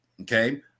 Okay